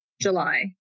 July